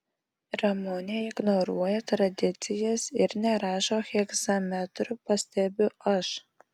ramunė ignoruoja tradicijas ir nerašo hegzametru pastebiu aš